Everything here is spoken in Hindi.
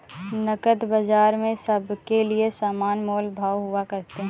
नकद बाजार में सबके लिये समान मोल भाव हुआ करते हैं